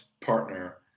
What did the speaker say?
partner